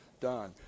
done